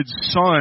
son